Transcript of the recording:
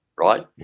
right